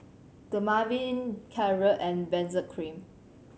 Dermaveen Caltrate and Benzac Cream